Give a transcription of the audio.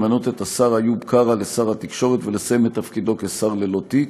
למנות את השר איוב קרא לשר התקשורת ולסיים את תפקידו כשר ללא תיק.